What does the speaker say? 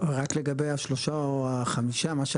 רק לגבי השלושה או המחצית,